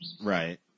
Right